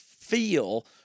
feel